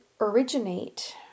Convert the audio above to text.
originate